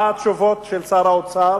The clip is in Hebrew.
מה התשובות של שר האוצר?